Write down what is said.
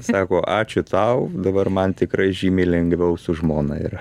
sako ačiū tau dabar man tikrai žymiai lengviau su žmona yra